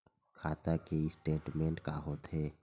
खाता के स्टेटमेंट का होथे?